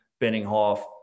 Benninghoff